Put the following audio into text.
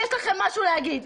יש לכם משהו להגיד.